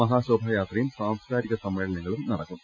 മഹാശോഭയാത്രയും സാംസ്കാരിക സമ്മേളന ങ്ങളും നടക്കും